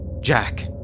Jack